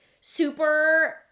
super